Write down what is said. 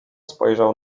spojrzał